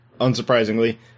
unsurprisingly